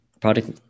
product